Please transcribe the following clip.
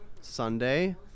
Sunday